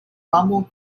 famo